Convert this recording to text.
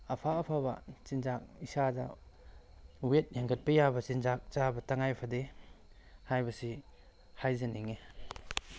ꯑꯐ ꯑꯐꯕ ꯆꯤꯟꯖꯥꯛ ꯏꯁꯥꯗ ꯋꯦꯠ ꯍꯦꯟꯀꯠꯄ ꯌꯥꯕ ꯆꯤꯟꯖꯥꯛ ꯆꯥꯕ ꯇꯉꯥꯏ ꯐꯗꯦ ꯍꯥꯏꯕꯁꯤ ꯍꯥꯏꯖꯅꯤꯡꯉꯤ